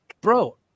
bro